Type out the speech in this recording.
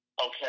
Okay